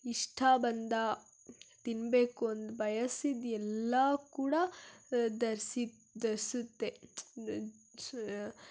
ಇಷ್ಟ ಬಂದ ತಿನ್ಬೇಕೊಂದು ಬಯಸಿದ್ದು ಎಲ್ಲ ಕೂಡ ಧರಿಸಿ ಧರಿಸುತ್ತೆ ಧರ್ಸು